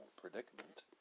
predicament